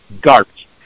Garbage